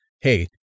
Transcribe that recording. hey